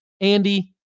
Andy